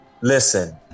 Listen